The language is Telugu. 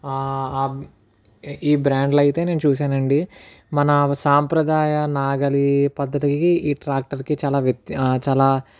ఈ బ్రాండ్ లు అయితే నేను చూసాను అండి మన సాంప్రదాయ నాగలి పద్ధతికి ఈ ట్రాక్టర్ కి చాలా వ్యత్ చాల